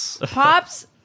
Pops